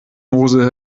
mosel